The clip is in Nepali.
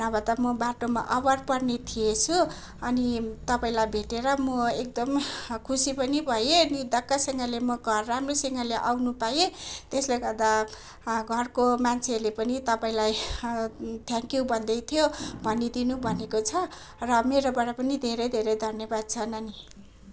नभए त म बाटोमा अभर पर्ने थिए छु अनि तपाईँलाई भेटेर म एकदम खुसी पनि भएँ अनि निर्धक्कसँगले म घर राम्रोसँगले आउनु पाएँ त्यसले गर्दा घरको मान्छेहरूले पनि तपाईँलाई थ्याङ्क यू भन्दै थियो भनिदिनु भनेको छ र मेरोबाट पनि धेरै धेरै धन्यवाद छ नानी